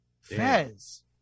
Fez